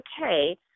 okay